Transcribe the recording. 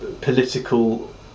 political